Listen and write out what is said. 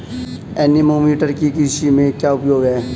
Anemometer का कृषि में क्या उपयोग है?